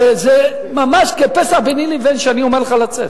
זה ממש כפסע ביני לבין שאני אומר לך לצאת.